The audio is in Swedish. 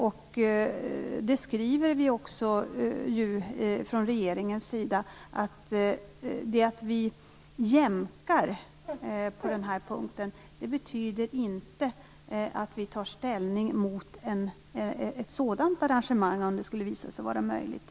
Vi skriver ju också från regeringens sida att det faktum att vi jämkar på den här punkten inte betyder att vi tar ställning mot ett sådant arrangemang, om det skulle visa sig vara möjligt.